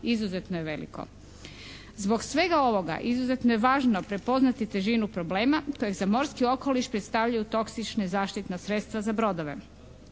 izuzetno je veliko. Zbog svega ovoga izuzetno je važno prepoznati težinu problema kojeg za morski okoliš predstavljaju toksična zaštitna sredstva za brodove.